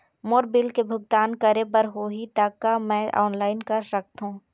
मोर bill के भुगतान करे बर होही ता का मैं ऑनलाइन कर सकथों?